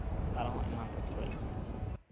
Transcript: ᱟᱨᱦᱚᱸ ᱮᱢᱟᱱ ᱛᱮᱱ ᱠᱚ